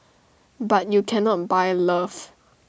but you cannot buy love